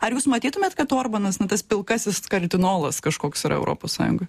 ar jūs matytumėt kad orbanas nu tas pilkasis kardinolas kažkoks yra europos sąjungoj